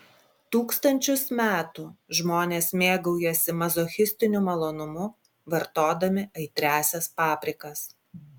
tūkstančius metų žmonės mėgaujasi mazochistiniu malonumu vartodami aitriąsias paprikas